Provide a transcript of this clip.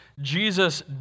Jesus